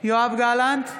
יואב גלנט,